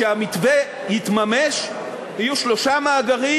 כשהמתווה יתממש יהיו שלושה מאגרים,